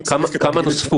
אם צריך --- לא,